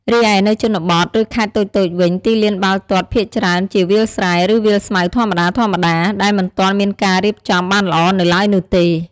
រីឯនៅជនបទ ឬខេត្តតូចៗវិញទីលានបាល់ទាត់ភាគច្រើនជាវាលស្រែ ឬវាលស្មៅធម្មតាៗ ដែលមិនទាន់មានការរៀបចំបានល្អនៅឡើយនោះទេ។